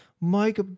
Mike